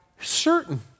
certain